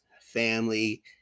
family